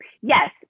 Yes